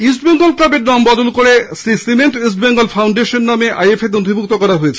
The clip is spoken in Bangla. ইস্টবেঙ্গল ক্লাবের নাম বদল করে শ্রী সিমেন্ট ইস্টবেঙ্গল ফাউন্ডেশন নামে আইএফএ তে নথিভুক্ত হয়েছে